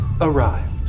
Arrived